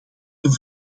een